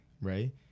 right